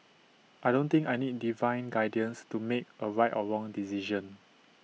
I don't think I need divine guidance to make A right or wrong decision